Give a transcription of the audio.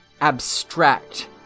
abstract